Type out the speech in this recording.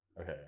Okay